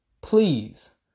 Please